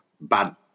bad